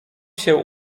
się